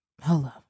Hello